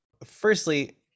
Firstly